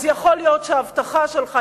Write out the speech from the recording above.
אז יכול להיות שההבטחה שלך,